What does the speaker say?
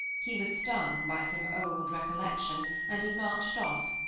he was stung by some old recollection, and had marched off,